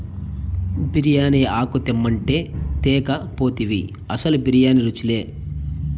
బిర్యానీ ఆకు తెమ్మంటే తేక పోతివి అసలు బిర్యానీ రుచిలే